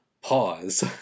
pause